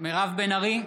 מירב בן ארי,